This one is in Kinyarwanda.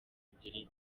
ebyiri